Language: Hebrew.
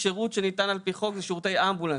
השירות שניתן על פי חוק זה שירותי אמבולנס.